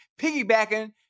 piggybacking